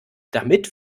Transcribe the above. damit